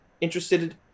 interested